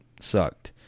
sucked